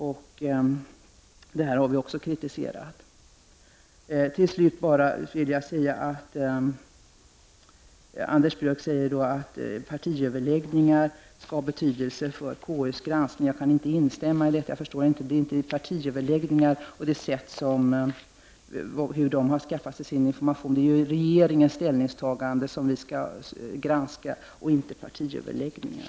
Även på denna punkt har vi kritiserat regeringen. Till slut: Anders Björck sade att partiöverläggningar skall ha betydelse för konstitutionsutskottets granskning. Jag kan inte instämma i detta. Det är inte partiöverläggningar och det sätt på vilket man vid dessa har skaffat sig information som är av betydelse, utan det är regeringens ställningstagande som vi skall granska, inte partiöverläggningar.